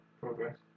progress